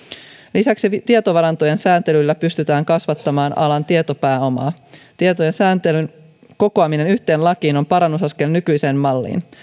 lisäksi tietovarantojen sääntelyllä pystytään kasvattamaan alan tietopääomaa tietojen sääntelyn kokoaminen yhteen lakiin on parannusaskel nykyiseen malliin